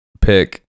pick